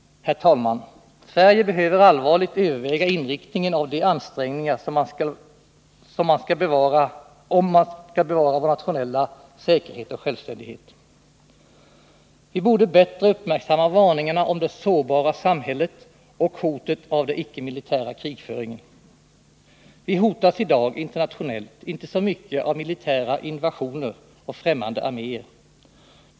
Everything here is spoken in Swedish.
Herr talman! Sverige behöver allvarligt överväga inriktningen av de ansträngningar som skall bevara vår nationella säkerhet och självständighet. Vi borde bättre uppmärksamma varningarna om det sårbara samhället och hotet från den icke-militära krigföringen. Vi hotas i dag internationellt inte så mycket av militära invasioner och främmande arméer.